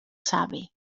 savi